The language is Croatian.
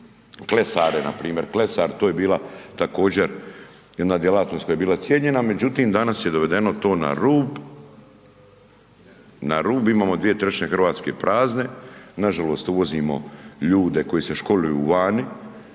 klesare npr. klesar to je bila također jadna djelatnost koja je bila cijenjena. Međutim, danas je dovedeno to na rub, na rub imamo 2/3 Hrvatske prazne, nažalost uvozimo ljude koji se školuju vani,